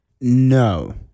No